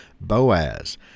Boaz